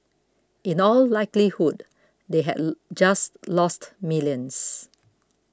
in all likelihood they had just lost millions